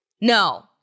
No